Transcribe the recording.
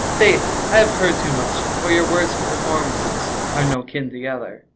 faith, i have heard too much for your words and performances are no kin together.